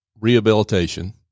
rehabilitation